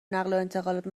نقلوانتقالات